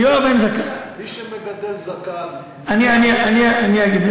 מי שמגדל זקן אני אגיד.